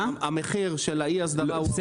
המחיר של האי הסדרה --- לא,